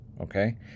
Okay